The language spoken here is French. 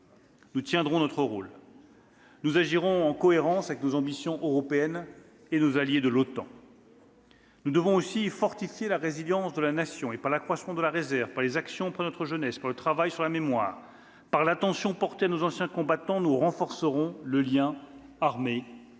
Nous tiendrons notre rôle. Nous agirons en cohérence avec nos ambitions européennes et nos alliés de l'Organisation du traité de l'Atlantique Nord (OTAN). « Nous devons aussi fortifier la résilience de la Nation. Par l'accroissement de la réserve, par des actions auprès de notre jeunesse, par le travail sur la mémoire, par l'attention portée à nos anciens combattants, nous renforcerons le lien armée-Nation.